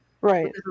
Right